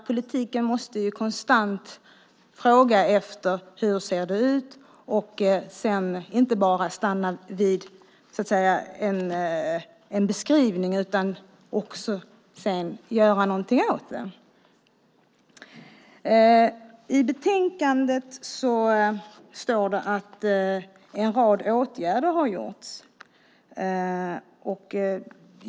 Politiken måste konstant fråga efter hur det ser ut och sedan inte bara stanna vid en beskrivning utan också göra någonting åt det. I betänkandet står det att en rad åtgärder har vidtagits.